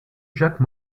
jacques